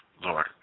Lord